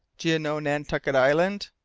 do you know nantucket island?